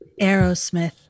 Aerosmith